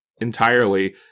Entirely